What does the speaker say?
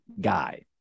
guy